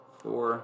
four